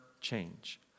change